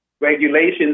regulations